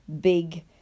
big